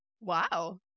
Wow